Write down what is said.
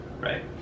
right